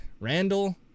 Randall